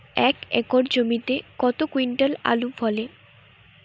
এক একর জমিতে কত কুইন্টাল আলু ফলে?